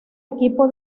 equipo